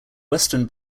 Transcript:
western